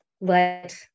let